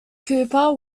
cooper